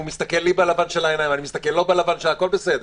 הוא מסתכל לי בלבן שבעיניים ואני מסתכל לו בלבן הכול בסדר.